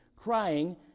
crying